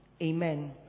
Amen